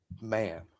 man